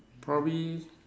probably